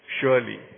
surely